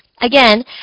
Again